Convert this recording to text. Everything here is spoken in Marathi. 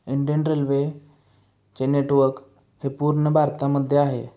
इंडियन रेल्वेचे नेटवर्क हे पूर्ण भारतामध्ये आहे